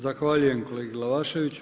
Zahvaljujem kolegi Glavaševiću.